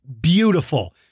beautiful